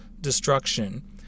destruction